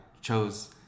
chose